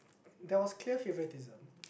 there was clear favoritism